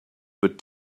but